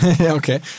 Okay